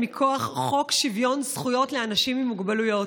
מכוח חוק שוויון זכויות לאנשים עם מוגבלויות.